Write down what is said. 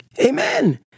Amen